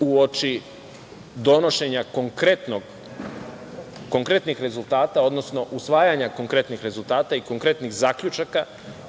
uoči donošenja konkretnih rezultata, odnosno usvajanja konkretnih rezultata i konkretnih zaključaka,